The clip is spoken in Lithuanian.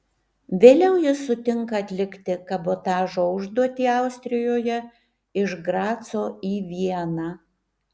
vėliau jis sutinka atlikti kabotažo užduotį austrijoje iš graco į vieną